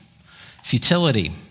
futility